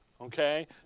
Okay